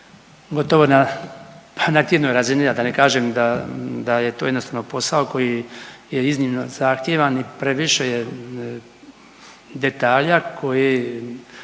na, pa na tjednoj razini, a da ne kažem da je to jednostavno posao koji je iznimno zahtjevan i previše je detalja koje